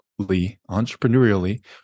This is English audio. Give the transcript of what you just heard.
entrepreneurially